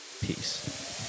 peace